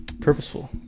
Purposeful